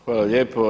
Hvala lijepo.